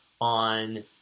on